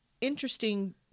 interesting